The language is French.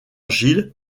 gill